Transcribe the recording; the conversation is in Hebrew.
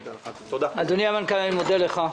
אדוני המנכ"ל, אני מודה לך.